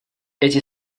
эти